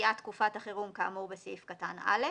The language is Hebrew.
קביעת תקופת החירום כאמור בסעיף קטן (א),